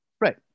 Right